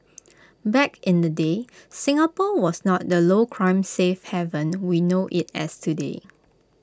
back in the day Singapore was not the low crime safe haven we know IT as today